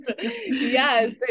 yes